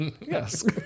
Yes